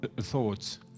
thoughts